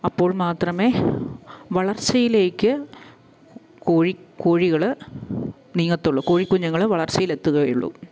അപ്പോൾ മാത്രമേ വളർച്ചയിലേക്ക് കോഴി കോഴികള് നീങ്ങത്തുള്ളൂ കോഴിക്കുഞ്ഞുങ്ങള് വളർച്ചയിലെത്തുകയുള്ളൂ